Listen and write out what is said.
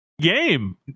game